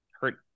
hurt